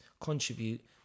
contribute